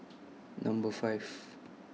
Number five